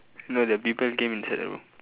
no the people came inside the room